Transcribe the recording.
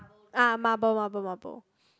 ah marble marble marble